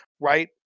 right